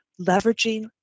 leveraging